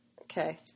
Okay